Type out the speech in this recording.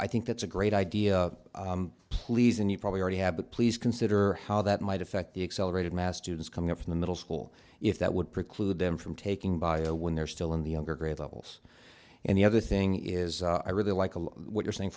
i think that's a great idea please and you probably already have but please consider how that might affect the accelerated master's coming from the middle school if that would preclude them from taking bio when they're still in the younger grade levels and the other thing is i really like what you're saying